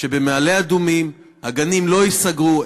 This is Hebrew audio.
שבמעלה-אדומים הגנים לא ייסגרו,